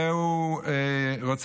גם אם הוא כבר נסע,